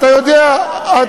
תעשה ועדת בדיקה.